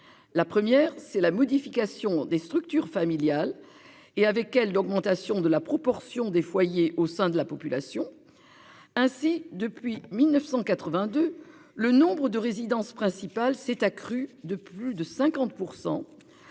La première c'est la modification des structures familiales. Et avec elle d'augmentation de la proportion des foyers au sein de la population. Ainsi depuis 1982, le nombre de résidences principales s'est accrue de plus de 50%.